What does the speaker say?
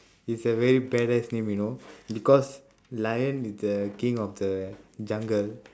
is a very badass name you know because lion is the king of the jungle